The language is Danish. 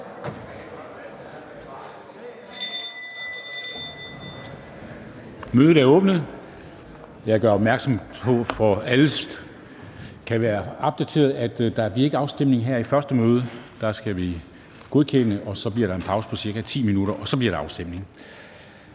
Mødet er åbnet. For at alle kan være opdateret, gør jeg opmærksom på, at der ikke bliver afstemning her i første møde. Der skal vi godkende, og så bliver der en pause på ca. 10 minutter. Og så bliver der afstemning.